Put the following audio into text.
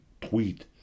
tweet